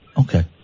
Okay